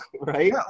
right